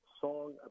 song